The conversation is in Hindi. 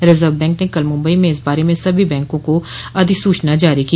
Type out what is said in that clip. रिजर्व बैंक ने कल मुंबई में इस बारे में सभी बैंकों को अधिसूचना जारी की